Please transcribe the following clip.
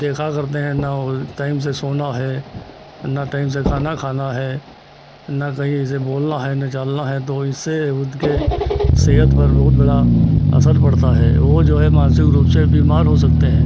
देखा करते हैं न वह टाइम से सोना है और न टाइम से खाना खाना है न कहीं से बोलना है न चालना है तो इससे उनके सेहत पर बहुत बड़ा असर पड़ता है वह जो हैं मानसिक रूप से बीमार हो सकते हैं